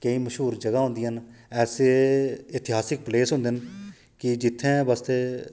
केईं मश्हूर जगह होदिंया ना ऐसे इतिहासिक पलेस होंदे ना कि जित्थे बास्ते